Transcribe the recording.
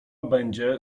będzie